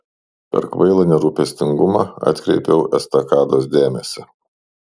per kvailą nerūpestingumą atkreipiau estakados dėmesį